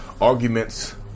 arguments